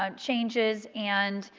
ah changes and,